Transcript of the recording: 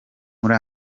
muri